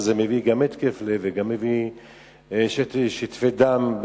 וזה מביא גם התקף לב וגם שטפי דם,